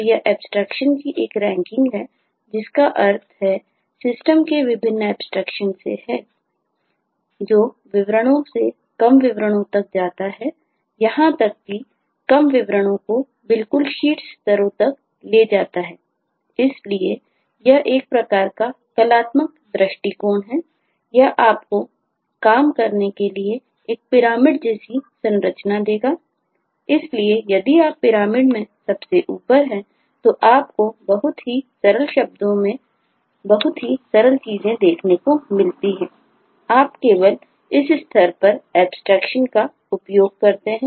तो यह एब्स्ट्रेक्शन का उपयोग करते हैं